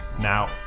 now